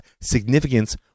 significance